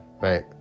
Right